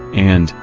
and,